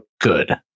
good